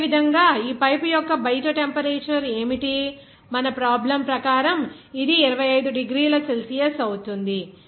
అదేవిధంగా ఈ పైపు యొక్క బయట టెంపరేచర్ ఏమిటి మన ప్రాబ్లం ప్రకారం ఇది 25 డిగ్రీల సెల్సియస్ అవుతుంది